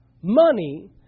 Money